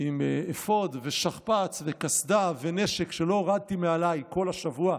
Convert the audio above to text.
עם אפוד ושכפ"ץ וקסדה ונשק שלא הורדתי מעליי כל השבוע,